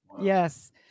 Yes